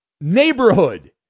neighborhood